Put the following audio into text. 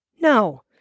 No